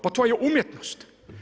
Pa to je umjetnost.